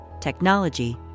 technology